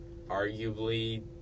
arguably